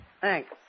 Thanks